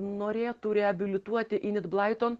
norėtų reabilituoti init blaiton